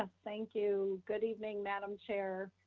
um thank you. good evening. madam chair,